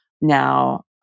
now